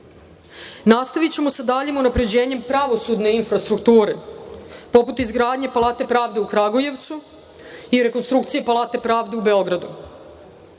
nastaviti. Nastavićemo sa daljim unapređenjem pravosudne infrastrukture, poput izgradnje Palate pravde u Kragujevcu i rekonstrukcije Palate pravde u Beogradu.